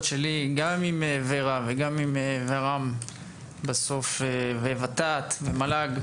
שלי גם עם ור"ה וגם עם ור"מ בסוף ות"ת ומל"ג.